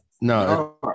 no